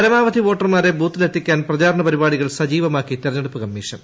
പരമാവധി വോട്ടർമാരെ ബൂത്തിലെത്തിക്കാൻ പ്രചാരണ പരിപാടികൾ സജീവമാക്കി തെഞ്ഞെടുപ്പ് കമ്മീഷൻ